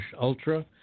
Ultra